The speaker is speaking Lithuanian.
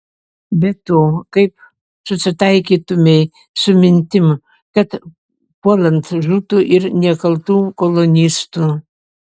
be to kaip susitaikytumei su mintim kad puolant žūtų ir nekaltų kolonistų